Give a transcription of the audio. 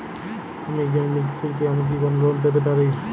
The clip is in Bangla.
আমি একজন মৃৎ শিল্পী আমি কি কোন লোন পেতে পারি?